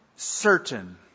Certain